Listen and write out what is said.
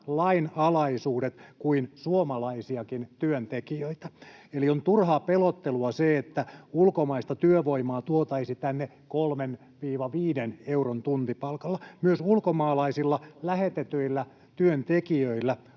lainalaisuudet kuin suomalaisiakin työntekijöitä. Eli on turhaa pelottelua se, että ulkomaista työvoimaa tuotaisiin tänne 3—5 euron tuntipalkalla. Myös ulkomaalaisilla lähetetyillä työntekijöillä